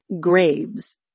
graves